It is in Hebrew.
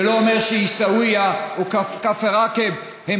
זה לא אומר שעיסאוויה או כפר עקב הם